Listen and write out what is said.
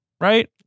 right